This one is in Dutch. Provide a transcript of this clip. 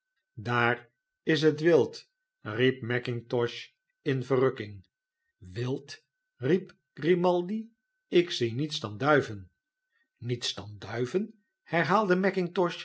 daar is wild riep mackintosh in verrukking wild riep grimaldi ik zie niets dan duiven niets dan duiven herhaalde